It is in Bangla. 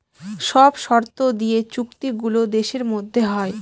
সব শর্ত দিয়ে চুক্তি গুলো দেশের মধ্যে হয়